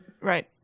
right